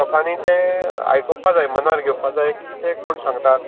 लोकांनी तें आयकपाक जाय मनार घेवपाक जाय की ते कोण सांगतात तें